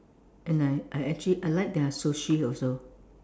and I I actually I like their sushi also